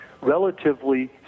relatively